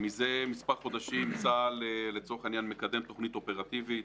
מזה מספר חודשים צה"ל לצורך העניין מקדם תוכנית אופרטיבית,